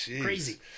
Crazy